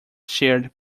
shared